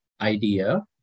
idea